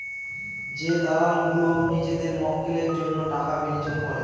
যে দালাল গুলো নিজেদের মক্কেলের জন্য টাকা বিনিয়োগ করে